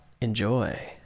Enjoy